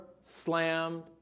slammed